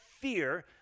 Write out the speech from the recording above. fear